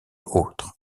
autres